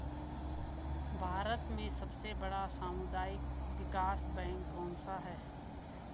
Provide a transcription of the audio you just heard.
भारत में सबसे बड़ा सामुदायिक विकास बैंक कौनसा है?